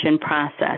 process